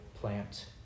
plant